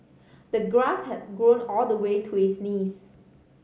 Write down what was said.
the grass had grown all the way to his knees